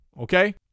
Okay